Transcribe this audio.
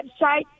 website